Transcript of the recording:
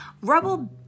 Rubble